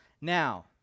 Now